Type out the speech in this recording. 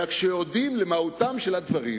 אלא כשיורדים למהותם של הדברים